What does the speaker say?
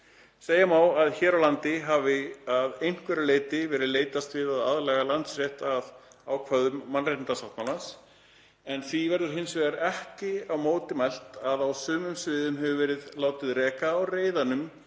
Segja má að hér á landi hafi að einhverju leyti verið leitast við að aðlaga landsrétt að ákvæðum mannréttindasáttmálans, en því verður hins vegar ekki á móti mælt að á sumum sviðum hefur verið látið reka á reiðanum